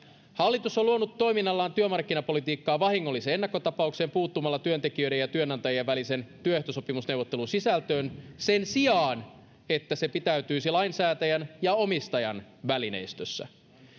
hallitus on luonut toiminnallaan työmarkkinapolitiikkaan vahingollisen ennakkotapauksen puuttumalla työntekijöiden ja työnantajien välisen työehtosopimusneuvottelun sisältöön sen sijaan että se pitäytyisi lainsäätäjän ja omistajan välineistössä